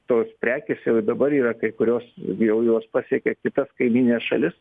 tos prekės jau ir dabar yra kai kurios jau jos pasiekia kitas kaimynines šalis